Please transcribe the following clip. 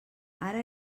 ara